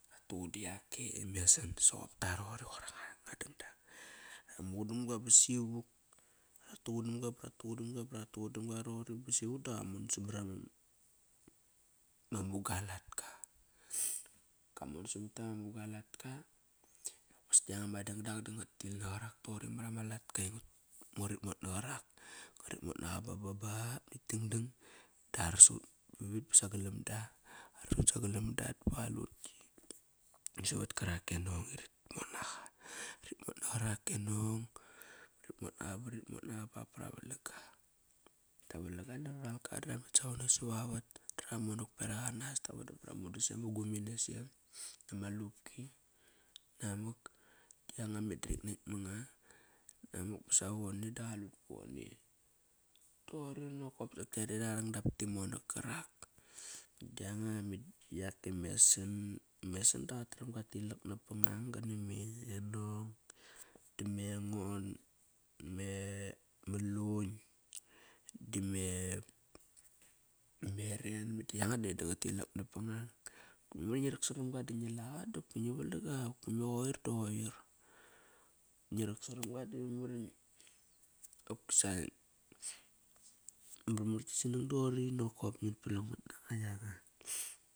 Rat tuquda yak e mesan. Soqopta roqori. Qoir anga dangdang Ramuqudamga ba simuk, rat tuqudamga bara tuqudamga, ba ratuqudam ga roqori ba sim uk da qamon samar ama muga latka Kamon simuk sama muga latka vas da yanga ma dangdang da nga tir na qarak toqori mara ma latka, ngarit mot na qar ak, ngarit mot naqa baba nakt dangdang da arsut vavit ba sagalam da Arsut sagalam da da qalut ki savat karak e nong i rit mot naqa. Rit mot naqa rake nong Rit motnaqa barit mot naqa ba ba ra valang ga. Tavalang ga nakt ta ral ka ba savone savavat ba ra monak beraq anas. Ta vodam bara ma udasem ma guminesem nama lipki namak da yanga meda rik nekt manga namuk ba savavone da qalut da qalut pone toqori nokop dap ti monak karak Da yanga meda yak e mesan. Mesan da qatram qat tilak nap pang nang kana me nong dame engon me mulun dime meren Meda yanga da ngat tilak napangang. Memari ngi rak saramga di ngi laqa dopki ngi valang ga qopki me qoir da qoir Ngirak saram ga di memar ingi qopkisa Marmar gisnang doqori nokop Ngit palang mat nanga yanga.